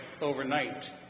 overnight